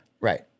Right